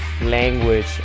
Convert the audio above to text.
language